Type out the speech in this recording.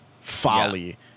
Folly